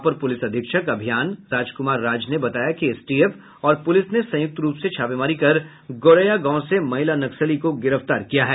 अपर police अधीक्षक अभियान राजकुमार राज ने बताया कि एसटीएफ और पुलिस ने संयुक्त रूप से छापेमारी कर गौरेया गांव से महिला नक्सली को गिरफ्तार किया है